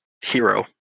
Hero